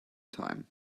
time